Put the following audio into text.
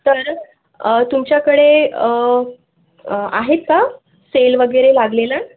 तर तुमच्याकडे आहेत का सेल वगैरे लागलेला